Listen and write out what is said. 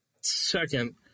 second